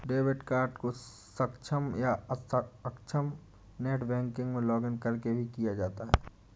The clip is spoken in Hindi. डेबिट कार्ड को सक्षम या अक्षम नेट बैंकिंग में लॉगिंन करके भी किया जा सकता है